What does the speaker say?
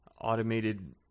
automated